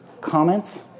comments